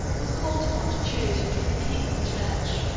was called upon to choose between the king and the church.